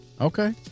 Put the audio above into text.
Okay